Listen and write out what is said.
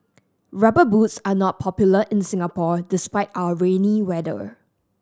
Rubber Boots are not popular in Singapore despite our rainy weather